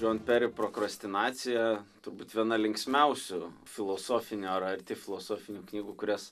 john perry prokrastinacija turbūt viena linksmiausių filosofinių ar arti filosofinių knygų kurias